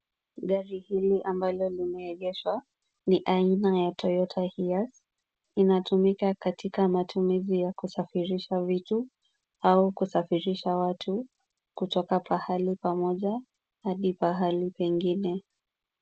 Gari hili ambalo limeegeshwa ni aina ya Toyota Hiace. Linatumika katika matumizi ya kusafirisha vitu au kusafirisha watu, kutoka pahali pamoja hadi pahali pengine.